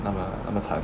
那么那么惨